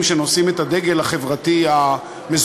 משרדים שנושאים את הדגל החברתי המזויף,